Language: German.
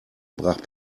brach